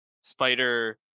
Spider